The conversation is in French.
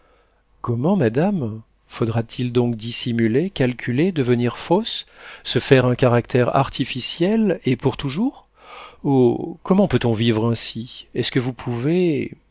comment madame faudra-t-il donc dissimuler calculer devenir fausse se faire un caractère artificiel et pour toujours oh comment peut-on vivre ainsi est-ce que vous pouvez